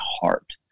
heart